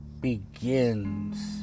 begins